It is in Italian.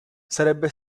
sarebbe